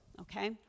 okay